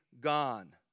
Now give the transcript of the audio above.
gone